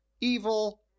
evil